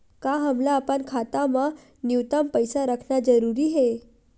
का हमला अपन खाता मा न्यूनतम पईसा रखना जरूरी हे?